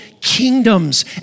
kingdoms